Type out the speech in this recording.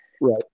Right